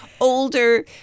older